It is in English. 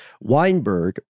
Weinberg